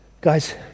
Guys